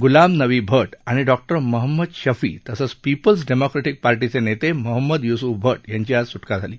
गुलाम नवी भट आणि डॉ मोहम्मद शफी तसंच पीपल्स डेमॉक्रेट्रीक पार्टीचे नेते मोहम्मद युसूफ भट यांची आज सुटका झाली